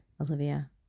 Olivia